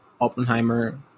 Oppenheimer